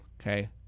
Okay